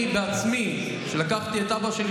אני בעצמי לקחתי את אבא שלי,